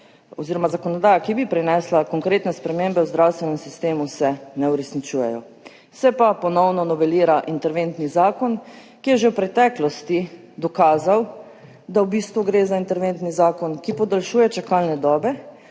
oziroma zakonodaja, ki bi prinesla konkretne spremembe v zdravstvenem sistemu, se ne uresničujejo. Se pa ponovno novelira interventni zakon, ki je že v preteklosti dokazal, da gre v bistvu za interventni zakon, ki podaljšuje čakalne dobe,